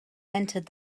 entered